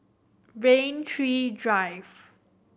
Rain Tree Drive